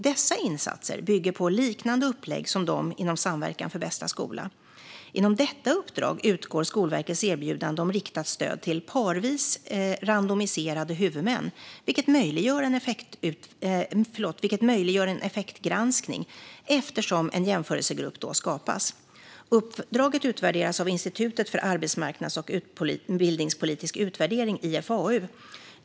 Dessa insatser bygger på liknande upplägg som de inom Samverkan för bästa skola. Inom detta uppdrag utgår Skolverkets erbjudande om riktat stöd till parvis randomiserade huvudmän, vilket möjliggör en effektgranskning eftersom en jämförelsegrupp då skapas. Uppdraget utvärderas av Institutet för arbetsmarknads och utbildningspolitisk utvärdering, IFAU.